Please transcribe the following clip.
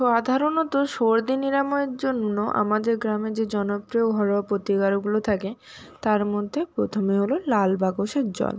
সধারণত সর্দি নিরাময়ের জন্য আমাদের গ্রামে যে জনপ্রিয় ঘরোয়া প্রতিকারগুলো থাকে তার মধ্যে প্রথমে হলো লাল বাকসের জল